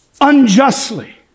unjustly